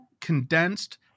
condensed